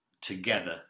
together